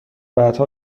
بعدها